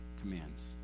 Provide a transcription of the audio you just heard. commands